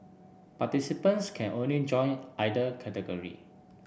participants can only join either category